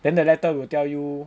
then the letter will tell you